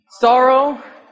sorrow